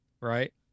right